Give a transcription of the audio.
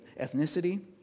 Ethnicity